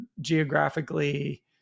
geographically